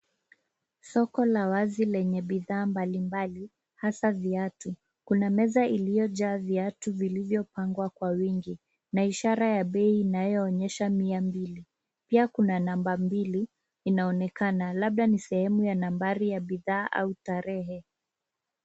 Soko la wazi lenye bidhaa mbalimbali hasa viatu. Kuna meza iliyojaa viatu vilivyopangwa kwa wingi na ishara ya bei inayoonyesha mia mbili. Pia kuna namba mbili inaonekana labda ni sehemu ya nambari ya bidhaa au tarehe.